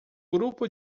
grupo